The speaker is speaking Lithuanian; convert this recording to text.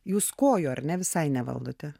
jūs kojų ar ne visai nevaldote